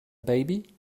baby